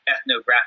ethnographic